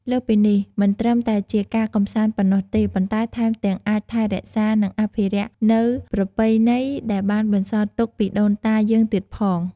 លើសពីនេះ មិនត្រឹមតែជាការកម្សាន្តប៉ុណ្ណោះទេ ប៉ុន្តែថែមទាំងអាចថែរក្សា និងអភិរក្សនៅប្រពៃណីដែលបានបន្សល់ទុកពីដូនតាយើងទៀតផង។